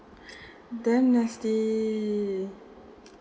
damn nasty